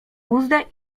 uzdę